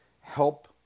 help